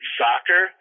soccer